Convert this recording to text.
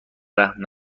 رحم